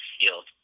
field